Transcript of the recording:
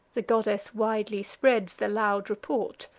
the goddess widely spreads the loud report,